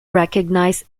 recognized